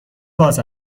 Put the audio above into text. باز